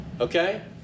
Okay